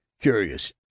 curious